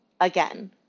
Again